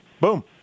Boom